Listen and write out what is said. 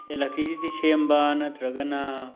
electricity ꯁꯦꯝꯕ ꯅꯠꯇ꯭ꯔꯒꯅ